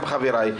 גם חבריי,